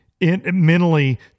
mentally